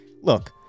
Look